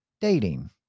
dating